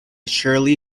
surly